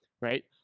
right